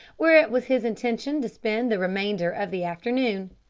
where it was his intention to spend the remainder of the afternoon.